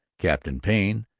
captain payne,